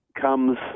comes